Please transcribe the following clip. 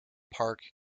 park